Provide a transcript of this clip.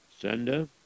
Sender